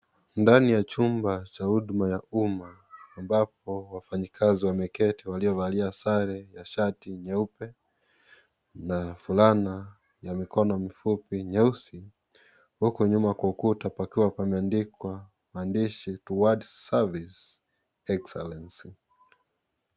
Ndani ya chumba cha huduma ya umma ambapo wafanyikazi wameketi waliovalia sare ya shati nyeupe na fulana ya mikono mifupi nyeusi. Huku nyuma kwa ukuta pakiwa pameandika maandishi Towards service exellence .